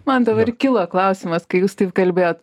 man dabar kilo klausimas kai jūs taip kalbėjot